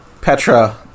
Petra